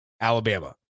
Alabama